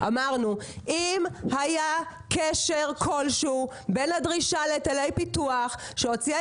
אם היה קשר כלשהו בין הדרישה להיטלי פיתוח שהוציאה